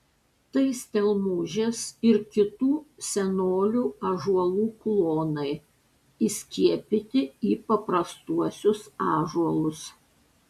tai stelmužės ir kitų senolių ąžuolų klonai įskiepyti į paprastuosius ąžuolus